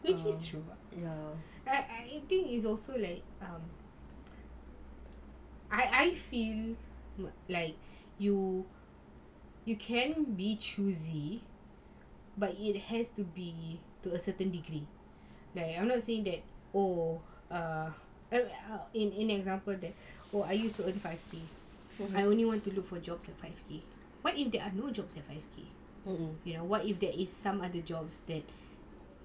which is true I I think it's also like um I I feel like you you can be choosy but it has to be to a certain degree like I'm not saying that oh err in in example that I used to earn five K I only want to look for jobs for five K what if there are no jobs for five K oh you know what if there is some other jobs that